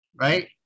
Right